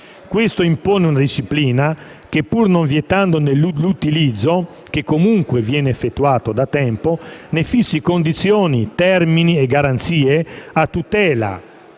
Questo impone una disciplina che, pur non vietandone l'utilizzo, che comunque viene effettuato da tempo, fissi condizioni, termini e garanzie a tutela